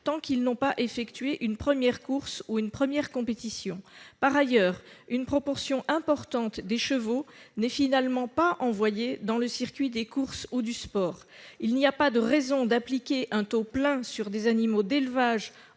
tant qu'ils n'ont pas effectué une première course ou une première compétition. Par ailleurs, une proportion importante des chevaux n'est finalement pas envoyée dans le circuit des courses ou du sport. Il n'y a pas de raison d'appliquer un taux plein sur des animaux d'élevage